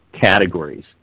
categories